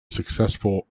successful